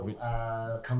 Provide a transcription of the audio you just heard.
Come